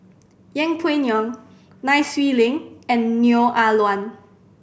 Yeng Pway Ngon Nai Swee Leng and Neo Ah Luan